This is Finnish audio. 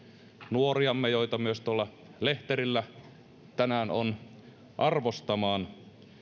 nuoriamme joita myös tuolla lehterillä tänään on arvostamaan